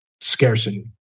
Scarcity